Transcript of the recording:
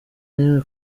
n’imwe